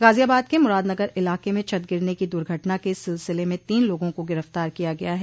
गाजियाबाद के मुरादनगर इलाके में छत गिरने की दुर्घटना के सिलसिले में तीन लोगों को गिरफ्तार किया गया है